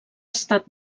estat